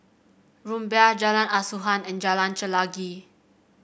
Rumbia Jalan Asuhan and Jalan Chelagi